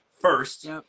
first